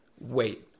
wait